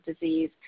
disease